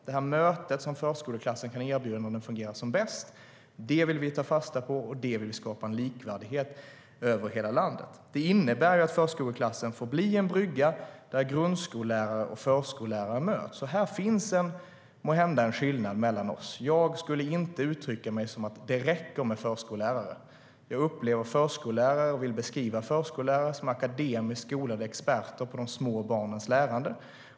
STYLEREF Kantrubrik \* MERGEFORMAT Svar på interpellationerHär finns måhända en skillnad mellan oss. Jag skulle inte uttrycka mig som att det räcker med förskollärare. Jag upplever och vill beskriva förskollärare som akademiskt skolade experter på små barns lärande.